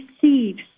thieves